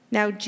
Now